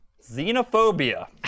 Xenophobia